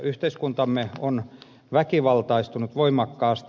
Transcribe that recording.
yhteiskuntamme on väkivaltaistunut voimakkaasti